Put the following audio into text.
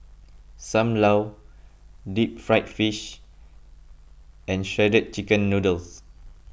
Sam Lau Deep Fried Fish and Shredded Chicken Noodles